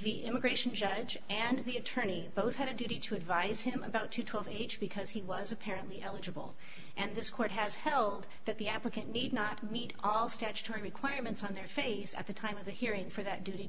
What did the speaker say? the immigration judge and the attorney both had a duty to advise him about to talk each because he was apparently eligible and this court has held that the applicant need not meet all statutory requirements on their face at the time of the hearing for that duty to